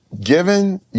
Given